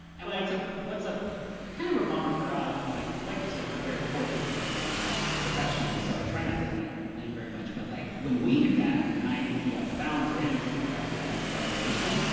and what's ah what's a kind of a bummer for us, and, like like you said, we're very fortunate to get to do this professionally, so i try not to like complain very much. but like when we do that, when i do that for balance or amnesty or travis does that for graduation,